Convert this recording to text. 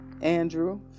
Andrew